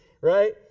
right